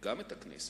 וגם את הכנסת.